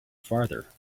farther